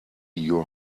your